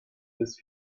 des